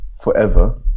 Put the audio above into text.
forever